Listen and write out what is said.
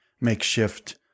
makeshift